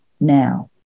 now